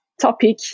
topic